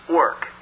work